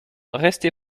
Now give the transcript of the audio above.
restez